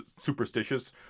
superstitious